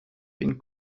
been